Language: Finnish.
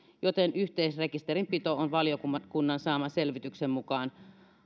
joten yhteisrekisterinpito on valiokunnan saaman selvityksen mukaan